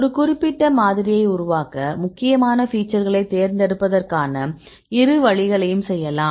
ஒரு குறிப்பிட்ட மாதிரியை உருவாக்க முக்கியமான ஃபீச்சர்களை தேர்ந்தெடுப்பதற்கான இரு வழிகளையும் செய்யலாம்